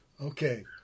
Okay